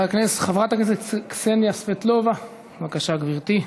חברת הכנסת קסניה סבטלובה, בבקשה, גברתי.